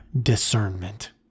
discernment